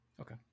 Okay